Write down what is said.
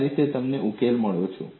આ રીતે તમને ઉકેલ મળ્યો છે